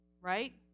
right